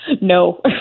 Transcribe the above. no